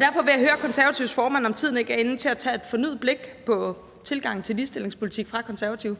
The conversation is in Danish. Derfor vil jeg høre Konservatives formand, om tiden ikke er inde til at tage et fornyet blik på tilgangen til ligestillingspolitik fra Konservatives